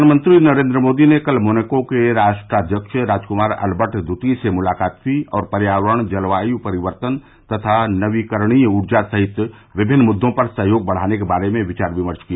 प्रधानमंत्री नरेन्द्र मोदी ने कल मोनाको के राष्ट्राध्यक्ष राजक्मार अल्बर्ट द्वितीय से मुलाकात की और पर्यावरण जलवायु परिवर्तन तथा नवीकरणीय ऊर्जा सहित विभिन्न मुद्दों पर सहयोग बढ़ाने के बारे में विचार विमर्श किया